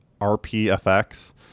rpfx